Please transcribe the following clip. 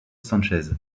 sanchez